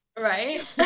Right